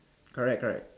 correct correct